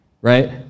right